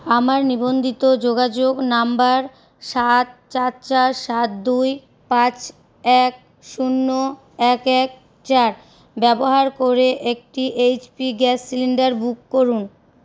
আমার নিবন্ধিত যোগাযোগ নম্বর সাত চার চার সাত দুই পাঁচ এক শূন্য এক এক চার ব্যবহার করে একটি H P gas cylinder book করুন